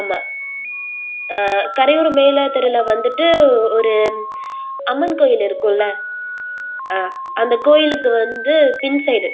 ஆமாம் கரையூர் மேல தெருவில் வந்துட்டு ஒரு அம்மன் கோயில் இருக்குமில ஆ அந்த கோயிலுக்கு வந்து பின் சைடு